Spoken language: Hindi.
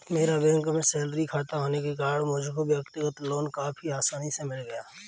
मेरा बैंक में सैलरी खाता होने के कारण मुझको व्यक्तिगत लोन काफी आसानी से मिल गया